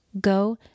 go